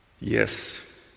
Yes